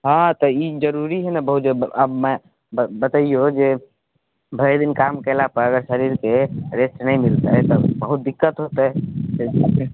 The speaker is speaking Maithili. हँ तऽ ई जरूरी हइ ने बहुते अब मानि बतैयौ जे भरि दिन काम केलापर जे शरीरकेँ रेस्ट नहि मिलतै तऽ बहुत दिक्कत होतै ताहि चलते